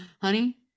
honey